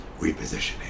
repositioning